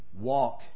walk